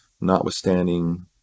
notwithstanding